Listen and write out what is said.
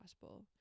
possible